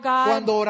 God